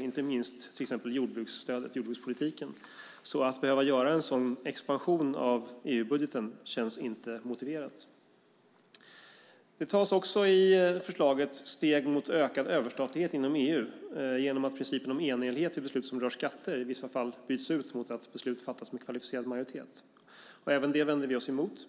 inte minst jordbrukspolitiken. Att behöva göra en sådan här expansion av EU-budgeten känns därför inte motiverat. Det tas i förslaget steg mot ökad överstatlighet inom EU genom att principen om enhällighet vid beslut som rör skatter i vissa fall byts ut mot att beslut fattas med kvalificerad majoritet. Även det vänder vi oss emot.